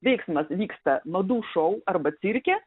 veiksmas vyksta madų šou arba cirke